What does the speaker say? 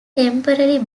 temporarily